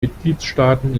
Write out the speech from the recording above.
mitgliedstaaten